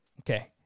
Okay